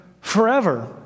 forever